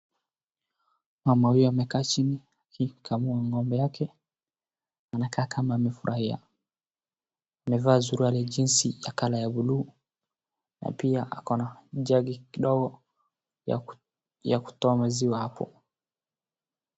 MAma huyu amekaa chini akikamua ng'ombe yake, anakaa kama amefurahia. Amevaa suruali jinsi ya colour blue na pia ako na jagi kidogo ya kutoa maziwa hapo.